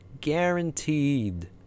Guaranteed